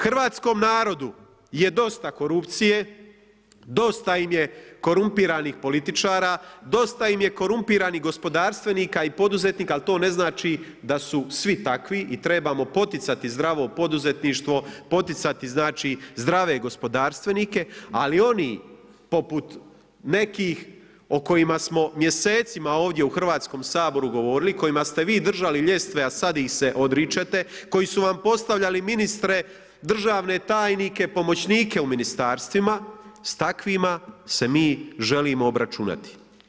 Hrvatskom narodu je dosta korupcije, dosta im je korumpiranih političara, dosta im je korumpiranih gospodarstvenika i poduzetnika, ali to ne znači da su svi takvi i trebamo poticati zdravo poduzetništvo, poticati zdrave gospodarstvenike, ali oni poput nekih o kojima smo mjesecima ovdje u Hrvatskom saboru govorili kojima ste vi držali ljestve, a sad ih se odričete, koji su vam postavljali ministre državne tajnike, pomoćnike u ministarstvima s takvim ase mi želimo obračunati.